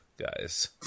guys